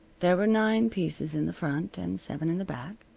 there were nine pieces in the front, and seven in the back.